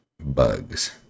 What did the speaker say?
Bugs